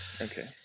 Okay